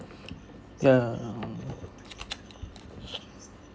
yeah mm